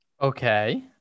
Okay